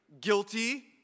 Guilty